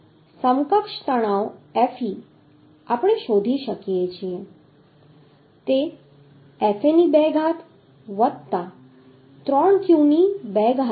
તેથી સમકક્ષ તણાવ fe આપણે શોધી શકીએ છીએ કે તે fa ની 2 ઘાત વત્તા 3 q ની 2 ઘાત હશે